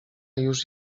już